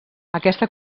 aquesta